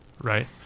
right